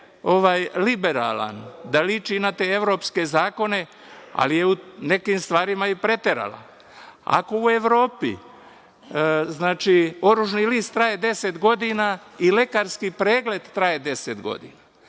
bude liberalan, da liči na te evropske zakone, ali je u nekim stvarima i preterala. Ako u Evropi oružani list traje 10 godina i lekarski pregled traje 10 godina,